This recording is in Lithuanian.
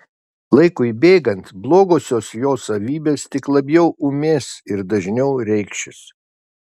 laikui bėgant blogosios jo savybės tik labiau ūmės ir dažniau reikšis